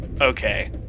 okay